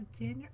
dinner